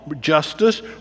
justice